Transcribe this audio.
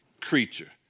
creature